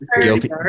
Guilty